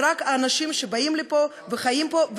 זה רק האנשים שבאים לפה וחיים פה,